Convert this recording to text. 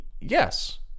yes